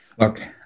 Okay